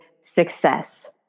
success